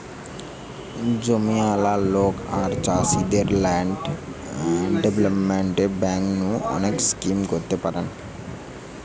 জমিয়ালা লোক আর চাষীদের ল্যান্ড ডেভেলপমেন্ট বেঙ্ক নু অনেক স্কিম করতে পারেন